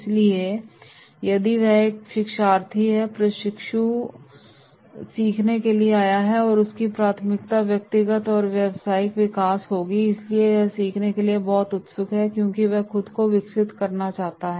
इसलिए यदि यह एक शिक्षार्थी है प्रशिक्षु सीखने के लिए आया है तो उसकी प्राथमिकता व्यक्तिगत और व्यावसायिक विकास होगी इसलिए वह सीखने के लिए बहुत उत्सुक है क्योंकि वह खुद को विकसित करना चाहता है